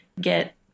get